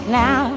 now